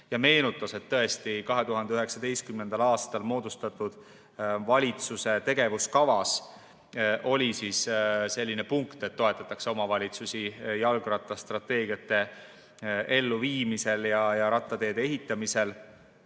ja meenutas, et tõesti, 2019. aastal moodustatud valitsuse tegevuskavas oli selline punkt, et omavalitsusi toetatakse jalgrattastrateegiate elluviimisel ja rattateede ehitamisel.